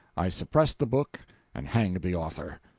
i suppressed the book and hanged the author.